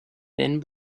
thin